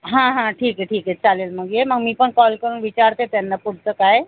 हां हां ठीक आहे ठीक आहे चालेल मग ये मग मी पण कॉल करून विचारते त्यांना पुढचं काय